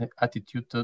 attitude